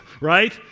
right